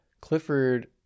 Clifford